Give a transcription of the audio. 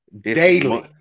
Daily